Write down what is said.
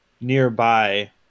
nearby